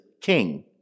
king